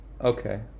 Okay